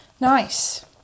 Nice